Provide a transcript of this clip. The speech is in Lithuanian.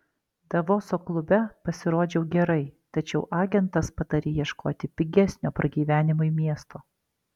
davoso klube pasirodžiau gerai tačiau agentas patarė ieškoti pigesnio pragyvenimui miesto